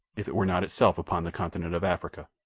if it were not itself upon the continent of africa.